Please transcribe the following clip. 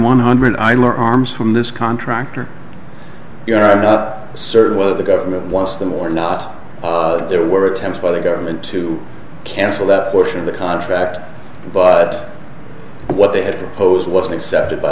one hundred i learnt arms from this contractor you know i'm not certain whether the government wants them or not there were attempts by the government to cancel that portion of the contract but what they had posed was accepted by